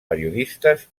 periodistes